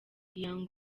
young